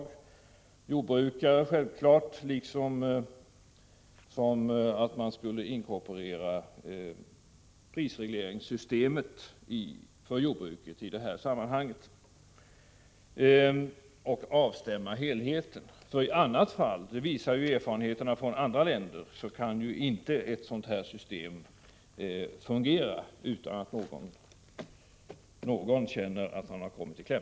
Det är självklart att jordbrukare skulle vara med liksom att man skulle inkorporera prisregleringssystemet för jordbruket i detta sammanhang och avstämma helheten. I annat fall — det visar erfarenheterna från andra länder — kan ett sådant här system inte fungera utan att någon känner att han har kommit i kläm.